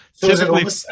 Typically